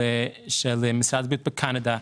של משרד בריאות בקנדה,